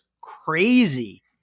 crazy